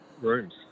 rooms